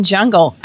Jungle